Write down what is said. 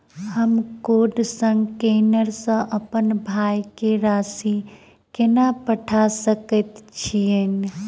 हम code scanner सँ अप्पन भाय केँ राशि कोना पठा सकैत छियैन?